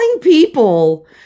people